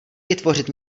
vytvořit